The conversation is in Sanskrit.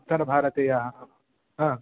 उत्तरभारतीयाः